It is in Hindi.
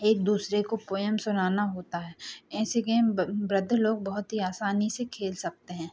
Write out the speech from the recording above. एक दूसरे को पोयम सुनाना होता है ऐसे गेम वृद्ध लोग बहुत ही आसानी से खेल सकते हैं